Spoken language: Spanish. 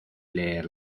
leer